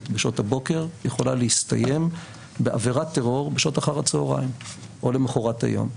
בשעות הבוקר יכולה להסתיים בעבירת טרור בשעות אחר הצוהריים או למחרת היום,